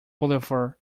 boulevard